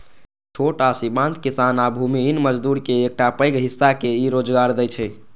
छोट आ सीमांत किसान आ भूमिहीन मजदूरक एकटा पैघ हिस्सा के ई रोजगार दै छै